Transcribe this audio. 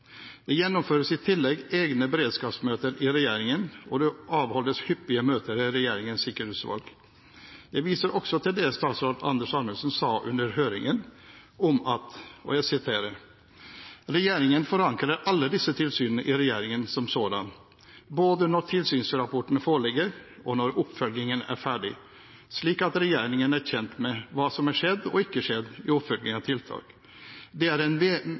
Det gjennomføres i tillegg egne beredskapsmøter i regjeringen, og det avholdes hyppige møter i Regjeringens sikkerhetsutvalg. Jeg viser også til det statsråd Anders Anundsen sa under høringen om at «regjeringen forankrer alle disse tilsynene i regjeringen som sådan, både når tilsynsrapportene foreligger, og når oppfølgingen er ferdig, sånn at regjeringen er kjent med hva som er skjedd og ikke skjedd i oppfølgingen av tiltak. Det er en